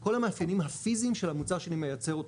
כל המאפיינים הפיזיים של המוצר שאני מייצר אותו,